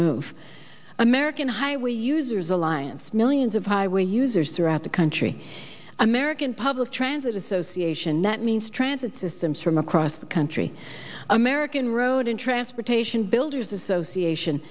move american highway users alliance millions of highway users throughout the country american public transit association that means transit systems from across the country american road and transportation builders association